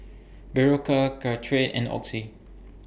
Berocca Caltrate and Oxy